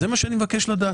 זה מה שאני מבקש לדעת.